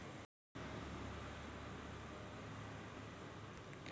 कर्ज घ्यासाठी मायाकडं कोंते कागद गरजेचे हाय?